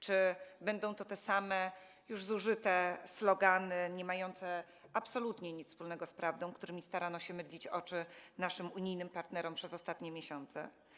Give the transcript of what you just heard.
Czy będą to te same zużyte już slogany niemające absolutnie nic wspólnego z prawdą, którymi starano się mydlić oczy naszym unijnym partnerom przez ostatnie miesiące?